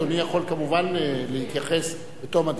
אדוני יכול כמובן להתייחס בתום הדיון.